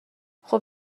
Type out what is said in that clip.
خوب